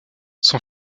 son